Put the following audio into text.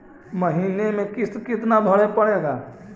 महीने में किस्त कितना भरें पड़ेगा?